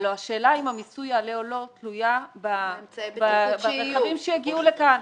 הלא השאלה אם המיסוי יעלה או לא תלויה ברכבים שיגיעו לכאן.